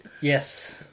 yes